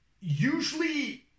usually